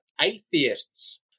atheists